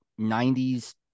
90s